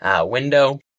window